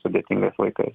sudėtingais laikais